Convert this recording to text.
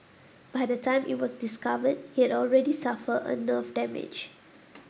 by the time it was discovered he had already suffered a nerve damage